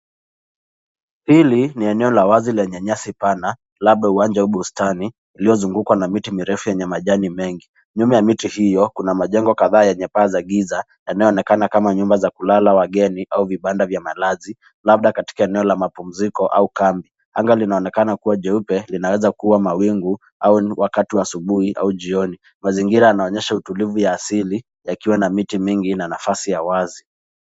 Hili ni eneo la wazi lenye nyasi pana labda uwanja wa bustani iliozungukwa na miti mirefu yenye majani mengi. Nyuma ya miti hiyo, kuna majengo kadhaa yenye paa za giza yanayoonekana kama nyumba za kulala wageni au vibanda vya malazi labda katika eneo la mapumziko au kambi. Anga linaonekana kuwa jeupe linaweza kua mawingu au wakati wa asubuhi au jioni. Mazingira yanaonyesha utulivu ya asili yakiwa na miti mingi na nafasi ya wazi.